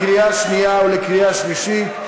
קריאה שנייה ולקריאה שלישית.